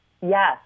Yes